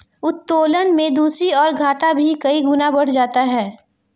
उत्तोलन में दूसरी ओर, घाटा भी कई गुना बढ़ जाता है